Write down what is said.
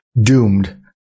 doomed